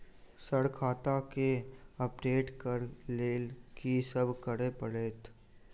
Sir खाता केँ update करऽ लेल की सब करै परतै?